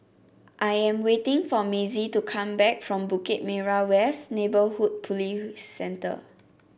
I am waiting for Mazie to come back from Bukit Merah West Neighbourhood Police Centre